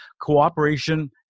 Cooperation